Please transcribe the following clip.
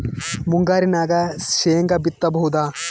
ಮುಂಗಾರಿನಾಗ ಶೇಂಗಾ ಬಿತ್ತಬಹುದಾ?